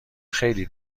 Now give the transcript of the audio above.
خیلی